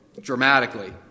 dramatically